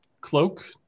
cloak